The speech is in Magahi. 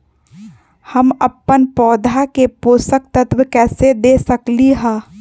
हम अपन पौधा के पोषक तत्व कैसे दे सकली ह?